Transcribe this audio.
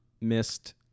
Missed